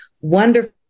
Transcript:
wonderful